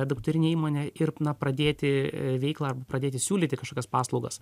dukterinę įmonę ir na pradėti veiklą arba pradėti siūlyti kažkokias paslaugas